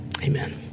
Amen